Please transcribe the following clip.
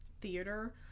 theater